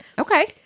Okay